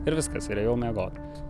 ir viskas ir ėjau miegot